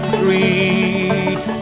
Street